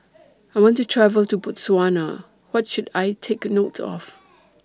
I want to travel to Botswana What should I Take note of